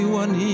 one